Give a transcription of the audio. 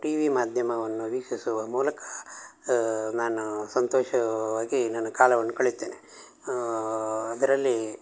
TV ಮಾಧ್ಯಮವನ್ನು ವೀಕ್ಷಿಸುವ ಮೂಲಕ ನಾನು ಸಂತೋಷವಾಗಿ ನಾನು ಕಾಲವನ್ನ ಕಳೆಯುತ್ತೇನೆ ಅದರಲ್ಲಿ